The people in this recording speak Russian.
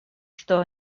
что